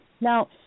Now